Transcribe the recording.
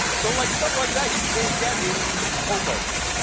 so like something like that you can't get in hoboken.